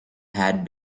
had